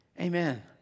Amen